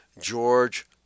George